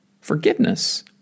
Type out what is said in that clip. forgiveness